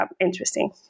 interesting